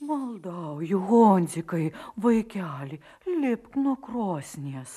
maldauju honzikai vaikeli lipk nuo krosnies